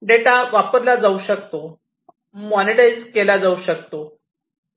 data वापरला जाऊ शकतो मोनेटायझ केला जाऊ शकतो